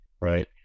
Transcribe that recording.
right